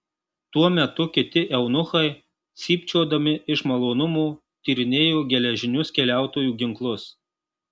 tuo metu kiti eunuchai cypčiodami iš malonumo tyrinėjo geležinius keliautojų ginklus